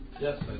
Yes